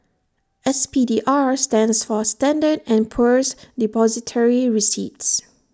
S P D R stands for standard and Poor's Depository receipts